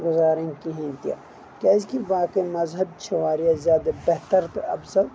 گُزارٕنۍ کہیٖنۍ تہِ کیٛازِ کہِ باقٮ۪ن مذہب چھِ زیادٕ بہتر تہٕ افضل